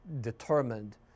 determined